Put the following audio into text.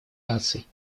наций